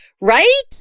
right